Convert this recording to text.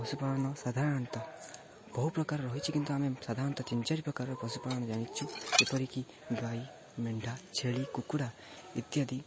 ପଶୁପାଳନ ସାଧାରଣତଃ ବହୁ ପ୍ରକାରର ରହିଛି କିନ୍ତୁ ଆମେ ସାଧାରଣତଃ ତିନ ଚାରି ପ୍ରକାରର ପଶୁପାଳନ ଜାଣିଛୁ ଯେପରିକି ଗାଈ ମେଣ୍ଢା ଛେଳି କୁକୁଡ଼ା ଇତ୍ୟାଦି